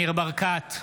ניר ברקת,